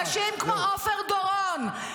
101 חטופים לא נמאס לכם?